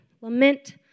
Lament